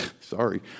Sorry